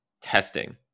testing